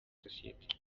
sosiyete